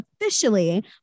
officially